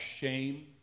shame